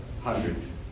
hundreds